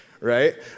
Right